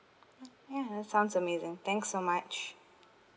mm ya that's sounds amazing thank you so much